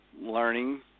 learning